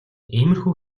иймэрхүү